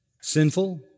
sinful